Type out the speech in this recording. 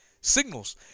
signals